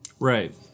Right